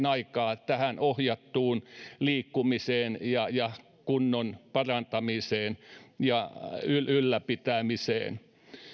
aikaa myöskin ohjattuun liikkumiseen ja ja kunnon parantamiseen ja ylläpitämiseen